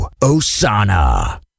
Osana